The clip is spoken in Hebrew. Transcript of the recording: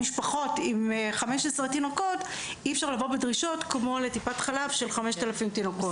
15 תינוקות ואי-אפשר לבוא בדרישות כמו לטיפת חלב של 5,000 תינוקות.